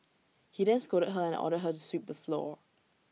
he then scolded her and ordered her to sweep the floor